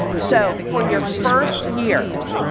so for your first year,